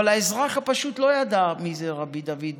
אבל האזרח הפשוט לא ידע מי זה רבי דוד בוזגלו.